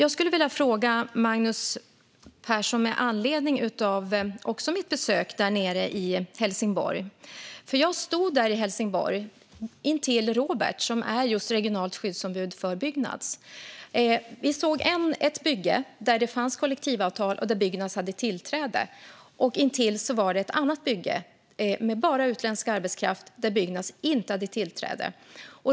Jag skulle vilja ställa en fråga till Magnus Persson med anledning av mitt besök nere i Helsingborg. Jag stod i Helsingborg intill Robert, som är regionalt skyddsombud för Byggnads. Vi såg ett bygge där det fanns kollektivavtal och där Byggnads hade tillträde. Intill fanns ett annat bygge med bara utländsk arbetskraft där Byggnads inte hade tillträde.